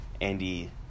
Andy